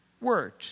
Word